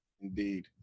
Indeed